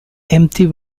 empty